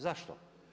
Zašto?